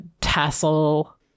tassel